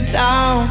down